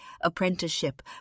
apprenticeship